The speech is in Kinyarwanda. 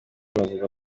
bavuga